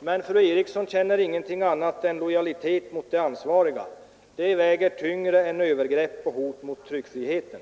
Men fru Eriksson känner ingenting annat än lojalitet mot de ansvariga. Det väger tyngre än övergrepp och hot mot tryckfriheten.